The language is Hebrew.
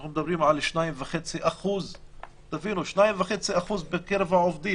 ואנחנו מדברים על 2.5%. תבינו: 2.5% בקרב העובדים.